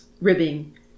ribbing